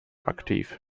aktiv